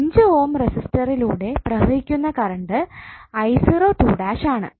5 ohm റെസിസ്റ്ററി ലൂടെ പ്രവഹിക്കുന്ന കറണ്ട് ആണ്